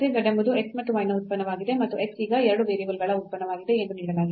z ಎಂಬುದು x ಮತ್ತು y ನ ಉತ್ಪನ್ನವಾಗಿದೆ ಮತ್ತು x ಈಗ 2 ವೇರಿಯೇಬಲ್ಗಳ ಉತ್ಪನ್ನವಾಗಿದೆ ಎಂದು ನೀಡಲಾಗಿದೆ